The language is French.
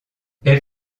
elle